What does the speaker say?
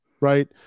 right